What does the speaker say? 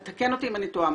תקן אותי אם אני טועה.